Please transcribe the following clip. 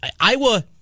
Iowa